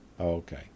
okay